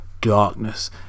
darkness